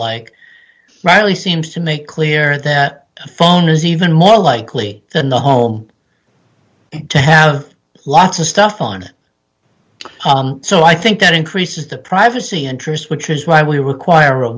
like riley seems to make clear that the phone is even more likely in the home to have lots of stuff on so i think that increases the privacy interest which is why we require a